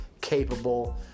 capable